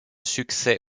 succès